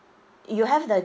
you have the